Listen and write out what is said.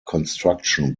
construction